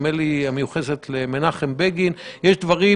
שנדמה לי מיוחסת למנחם בגין: יש דרבים